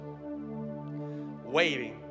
waiting